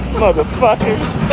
Motherfuckers